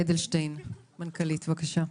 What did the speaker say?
אדלשטיין, מנכ"לית, בבקשה.